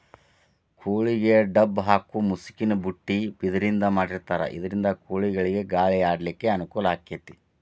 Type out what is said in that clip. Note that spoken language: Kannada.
ಕೋಳಿಗೆ ಡಬ್ಬ ಹಾಕು ಮುಸುಕಿನ ಬುಟ್ಟಿ ಬಿದಿರಿಂದ ಮಾಡಿರ್ತಾರ ಇದರಿಂದ ಕೋಳಿಗಳಿಗ ಗಾಳಿ ಆಡ್ಲಿಕ್ಕೆ ಅನುಕೂಲ ಆಕ್ಕೆತಿ